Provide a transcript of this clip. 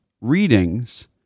readings